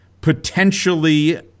potentially